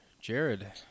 jared